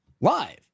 live